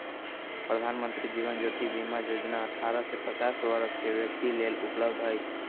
प्रधानमंत्री जीवन ज्योति बीमा जोजना अठारह से पचास वरस के व्यक्तिय लेल उपलब्ध हई